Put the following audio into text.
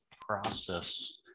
process